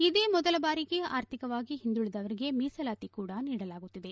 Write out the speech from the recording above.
ಇದೇ ಮೊದಲ ಬಾರಿಗೆ ಆರ್ಥಿಕವಾಗಿ ಹಿಂದುಳಿದವರಿಗೆ ಮೀಸಲಾತಿ ಕೂಡ ನೀಡಲಾಗುತ್ತಿದೆ